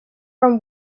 from